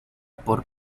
por